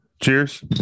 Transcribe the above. Cheers